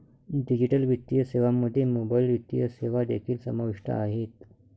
digital वित्तीय सेवांमध्ये mobile वित्तीय सेवा देखील समाविष्ट आहेत